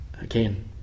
Again